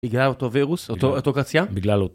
בגלל אותו וירוס? אותו קרציה? בגלל אותו.